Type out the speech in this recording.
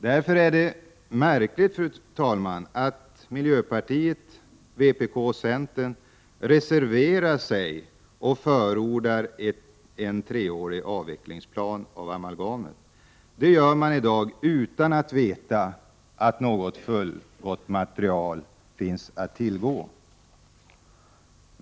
Därför är det märkligt, fru talman, att miljöpartiet, vpk och centern reserverar sig och förordar en treårig avvecklingsplan för amalgamet. Det gör man i dag utan att veta att något fullgott material finns att tillgå.